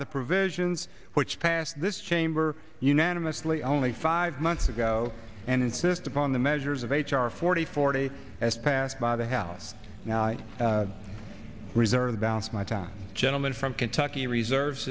the provisions which passed this chamber unanimously only five months ago and insist upon the measures of h r forty forty as passed by the house and i reserve the balance my town gentleman from kentucky reserves